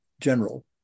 general